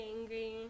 angry